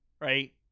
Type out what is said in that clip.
Right